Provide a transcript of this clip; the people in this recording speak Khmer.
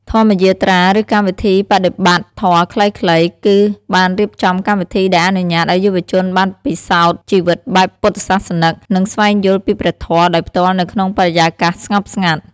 ធម្មយាត្រា ឬកម្មវិធីបដិបត្តិធម៌ខ្លីៗ គឺបានរៀបចំកម្មវិធីដែលអនុញ្ញាតឱ្យយុវជនបានពិសោធន៍ជីវិតបែបពុទ្ធសាសនិក និងស្វែងយល់ពីព្រះធម៌ដោយផ្ទាល់នៅក្នុងបរិយាកាសស្ងប់ស្ងាត់។